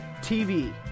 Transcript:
TV